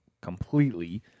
completely